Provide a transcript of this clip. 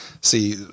see